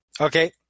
Okay